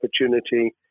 opportunity